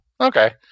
okay